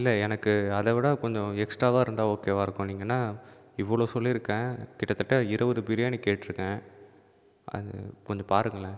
இல்லை எனக்கு அதோடு கொஞ்சம் எக்ஸ்ட்ராவா இருந்தால் ஓகேவாயிருக்கும் நீங்கன்னா இவ்வளோ சொல்லிருக்கன் கிட்டத்தட்ட இருபது பிரியாணி கேட்டுருக்கன் அது கொஞ்சம் பாருங்களன்